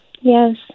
Yes